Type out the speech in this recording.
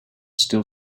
still